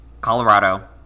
colorado